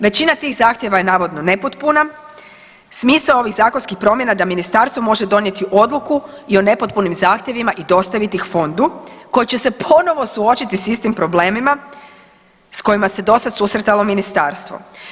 Većina tih zahtjeva je navodno nepotpuna, smisao ovih zakonskih promjena je da ministarstvo može donijeti odluku i o nepotpunim zahtjevima i dostaviti ih fondu koji će se ponovo suočiti s istim problemima s kojima se dosad susretalo ministarstvo.